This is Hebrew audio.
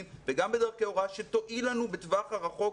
וגם בדרכי הוראה שתועיל לנו בטווח הרחוק,